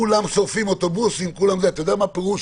כולם שורפים אוטובוסים אתה יודע מה פירוש